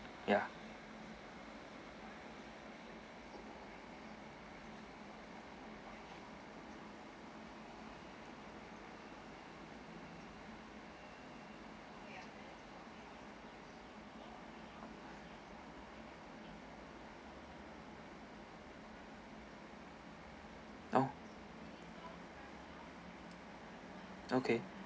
ya oh okay